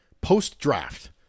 post-draft